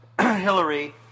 Hillary